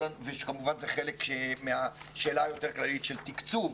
וכמובן זה חלק מהשאלה היותר כללית של תקצוב.